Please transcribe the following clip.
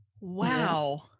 Wow